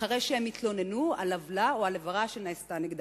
אחרי שהם התלוננו על עוולה או על עבירה שנעשתה נגדם.